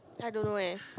I don't know eh